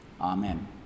amen